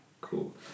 Cool